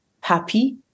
happy